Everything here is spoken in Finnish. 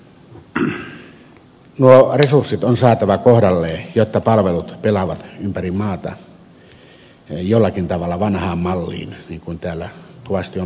nuo resurssit on saatava kohdalleen jotta palvelut pelaavat ympäri maata jollakin tavalla vanhaan malliin niin kuin täällä kovasti on peräänkuulutettu